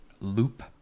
loop